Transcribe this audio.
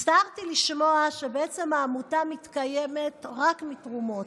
הצטערתי לשמוע שהעמותה בעצם מתקיימת רק מתרומות,